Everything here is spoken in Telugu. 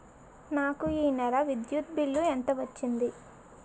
నాకు ఈ నెల విద్యుత్ బిల్లు ఎంత వచ్చింది?